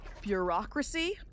bureaucracy